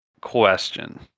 question